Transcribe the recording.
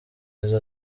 izo